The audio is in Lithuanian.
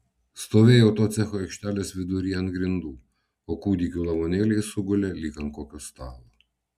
stovėjau to cecho aikštelės viduryje ant grindų o kūdikių lavonėliai sugulė lyg ant kokio stalo